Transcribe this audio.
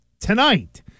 tonight